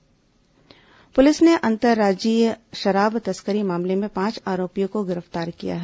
अवैध शराब कार्रवाई पुलिस ने अंतर्राज्यीय शराब तस्करी मामले में पांच आरोपियों को गिरफ्तार किया है